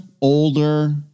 older